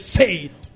faith